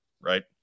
right